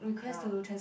can't